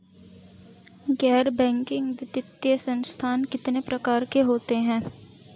गैर बैंकिंग वित्तीय संस्थान कितने प्रकार के होते हैं?